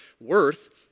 worth